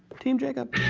team jacob!